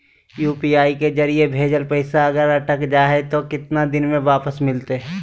UPI के जरिए भजेल पैसा अगर अटक जा है तो कितना दिन में वापस मिलते?